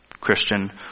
Christian